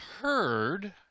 heard